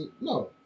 No